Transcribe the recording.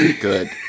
Good